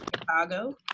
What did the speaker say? Chicago